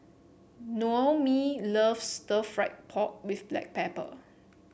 Noemie loves stir fry pork with Black Pepper